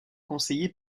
conseillé